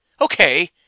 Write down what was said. okay